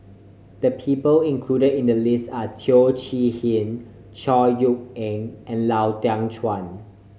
the people included in the list are Teo Chee Hean Chor Yeok Eng and Lau Teng Chuan